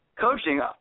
coaching